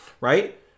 right